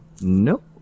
nope